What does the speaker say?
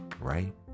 right